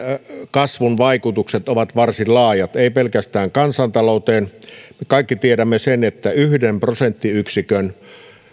kasvun vaikutukset ovat varsin laajat eivät pelkästään kansantalouteen me kaikki tiedämme sen että yhden prosenttiyksikön